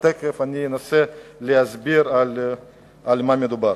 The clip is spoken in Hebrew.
תיכף אני אנסה להסביר על מה מדובר.